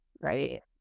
right